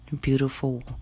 beautiful